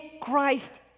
Christ